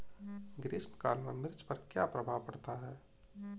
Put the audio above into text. ग्रीष्म काल में मिर्च पर क्या प्रभाव पड़ता है?